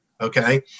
okay